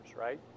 right